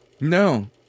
No